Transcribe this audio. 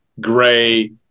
gray